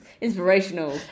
inspirational